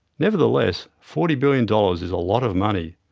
nevertheless, forty billion dollars is a lot of money.